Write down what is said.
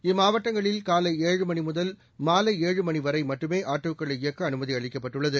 இம்மாவட்டங்களில் காலை ஏழு மணி முதல் மாலை ஏழு மணி வரை மட்டுமே ஆட்டோக்களை இயக்க அனுமதி அளிக்கப்பட்டுள்ளது